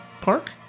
Park